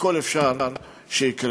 הכול אפשר שיקרה.